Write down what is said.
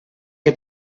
que